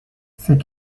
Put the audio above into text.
c’est